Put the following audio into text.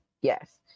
Yes